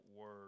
word